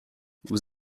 vous